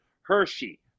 Hershey